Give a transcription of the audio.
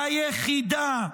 היחידה,